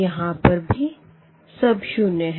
यहाँ पर भी सब शून्य है